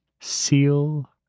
seal